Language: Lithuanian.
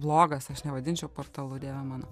blogas aš nevadinčiau portalu dieve mano